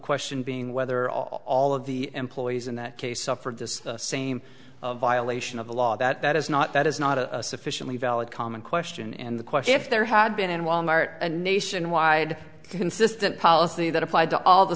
question being whether all all of the employees in that case suffered this same violation of the law that is not that is not a sufficiently valid common question and the question if there had been in wal mart a nationwide consistent policy that applied to all the